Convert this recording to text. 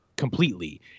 completely